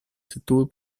tytuły